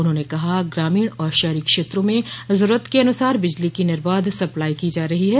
उन्होंने कहा ग्रामीण और शहरी क्षेत्रों में जरूरत के अनुसार बिजली की निर्बाध सप्लाई की जा रही है